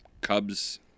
Cubs